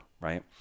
right